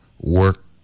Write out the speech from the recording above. work